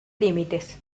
límites